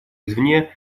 извне